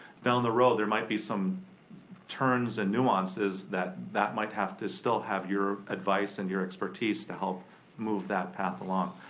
down the road there might be some turns and nuances that that might have to still have your advice and your expertise to help move that path along.